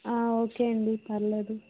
ఆ ఓకే అండి పర్లేదు